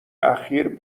اخیر